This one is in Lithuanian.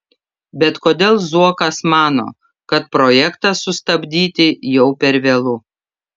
bet kodėl zuokas mano kad projektą sustabdyti jau per vėlu